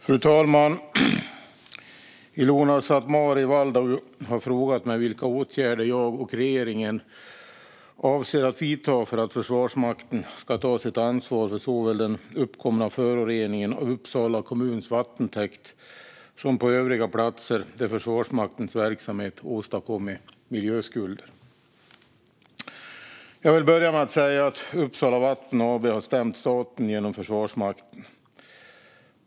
Svar på interpellationer Fru talman! Ilona Szatmari Waldau har frågat mig vilka åtgärder jag och regeringen avser att vidta för att Försvarsmakten ska ta sitt ansvar för såväl den uppkomna föroreningen av Uppsala kommuns vattentäkt som övriga platser där Försvarsmaktens verksamhet åstadkommit miljöskulder. Jag vill börja med att säga att Uppsala Vatten och Avfall AB har stämt staten genom Försvarsmakten.